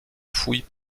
fouilles